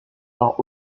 part